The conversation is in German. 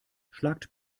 schlagt